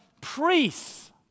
priests